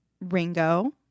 Ringo